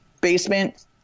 basement